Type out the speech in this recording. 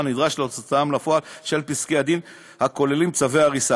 הנדרש להוצאה לפועל של פסקי-דין הכוללים צווי הריסה.